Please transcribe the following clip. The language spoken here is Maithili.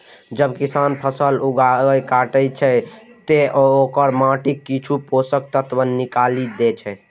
जब किसान फसल उगाके काटै छै, ते ओ माटिक किछु पोषक तत्व निकालि दै छै